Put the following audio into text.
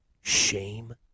shame